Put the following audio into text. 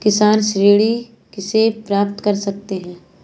किसान ऋण कैसे प्राप्त कर सकते हैं?